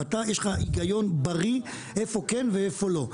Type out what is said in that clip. ואתה יש לך הגיון בריא איפה כן ואיפה לא.